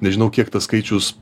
nežinau kiek tas skaičius